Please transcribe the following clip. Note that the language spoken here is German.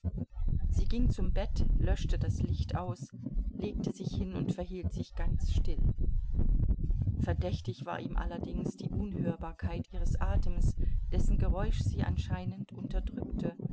sie ging zum bett löschte das licht aus legte sich hin und verhielt sich ganz still verdächtig war ihm allerdings die unhörbarkeit ihres atems dessen geräusch sie anscheinend unterdrückte